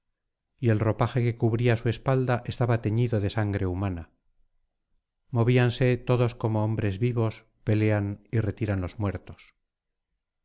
y el ropaje que cubría su espalda estaba teñido de sangre humana movíanse todos como hombres vivos peleaban y retiraban los muertos